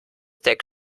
deck